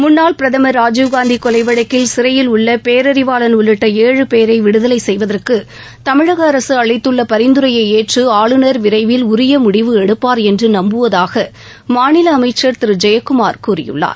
முன்னாள் பிரதம் ராஜீவ்காந்தி கொலை வழக்கில் சிறையில் உள்ள பேரறிவாளன் உள்ளிட்ட ஏழு பேரை விடுதலை செய்வதற்கு தமிழக அரசு அளித்துள்ள பரிந்துரையை ஏற்று ஆளுநர் விரைவில் உரிய முடிவு எடுப்பார் என்று நம்புவதாக மாநில அமைச்சர் திரு டி ஜெயக்குமார் கூறியுள்ளார்